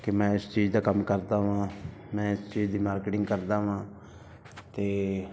ਕਿ ਮੈਂ ਇਸ ਚੀਜ਼ ਦਾ ਕੰਮ ਕਰਦਾ ਹਾਂ ਮੈਂ ਇਸ ਚੀਜ਼ ਦੀ ਮਾਰਕੀਟਿੰਗ ਕਰਦਾ ਹਾਂ ਅਤੇ